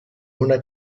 una